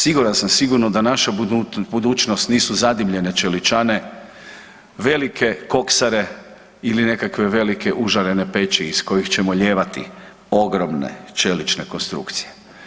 Siguran sam sigurno da naša budućnost nisu zadimljene čeličane, velike koksare ili nekakve velike užarene peći iz kojih ćemo lijevati ogromne čelične konstrukcije.